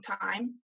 time